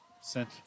sent